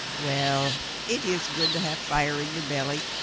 well, it is good to have fire in your belly,